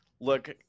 look